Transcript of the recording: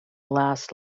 last